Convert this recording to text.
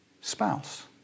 spouse